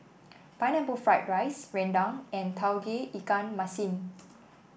Pineapple Fried Rice rendang and Tauge Ikan Masin